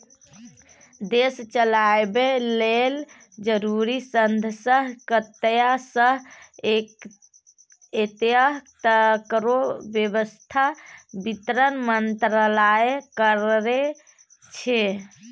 देश चलाबय लेल जरुरी साधंश कतय सँ एतय तकरो बेबस्था बित्त मंत्रालय करै छै